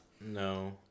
No